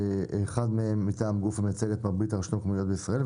האחד מהם מטעם המייצג את מרבית הרשויות המקומיות בישראל,